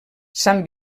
sant